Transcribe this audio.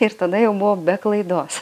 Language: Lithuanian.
ir tada jau buvo be klaidos